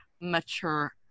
mature